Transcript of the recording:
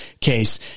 case